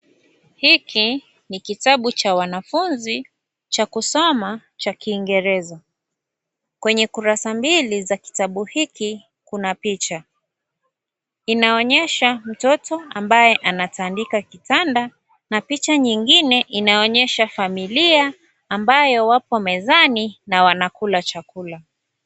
Hiki ni kitabu cha wanafunzi cha kusoma cha kingereza. Kwenye kurasa mbili cha kitabu hiki kuna picha. Inaonyesha mtoto ambaye anatandika kitanda, na picha nyingine inaonyesha familia ambayo wapo mezani na wanakula chakula.